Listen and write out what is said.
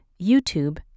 YouTube